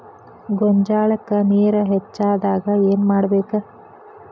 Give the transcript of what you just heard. ಗೊಂಜಾಳಕ್ಕ ನೇರ ಹೆಚ್ಚಾದಾಗ ಏನ್ ಮಾಡಬೇಕ್?